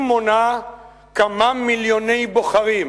היא מונה כמה מיליוני בוחרים,